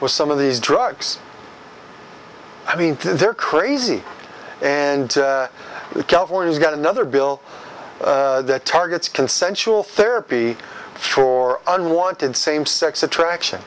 with some of these drugs i mean they're crazy and california's got another bill that targets consensual therapy for unwanted same sex attraction